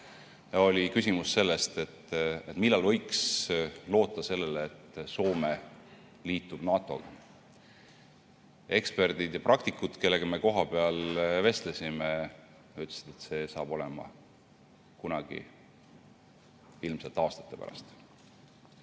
oli küsimus sellest, millal võiks loota sellele, et Soome liitub NATO-ga. Eksperdid ja praktikud, kellegagi me kohapeal vestlesime, ütlesid, et ilmselt kunagi aastate pärast.